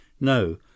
No